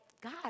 God